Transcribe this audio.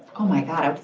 oh, my god,